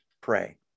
pray